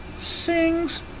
sings